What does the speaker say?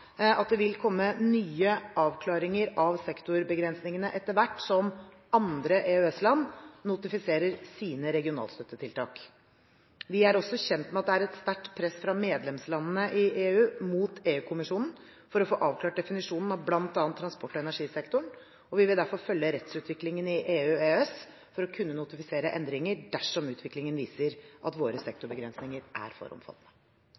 at det vil komme nye avklaringer av sektorbegrensingene etter hvert som andre EØS-land notifiserer sine regionalstøttetiltak. Vi er også kjent med at det er et sterkt press fra medlemslandene i EU mot EU-kommisjonen for å få avklart definisjonene av bl.a. transport- og energisektoren. Vi vil derfor følge rettsutviklingen i EU/EØS for å kunne notifisere endringer dersom utviklingen viser at våre sektorbegrensninger er for omfattende.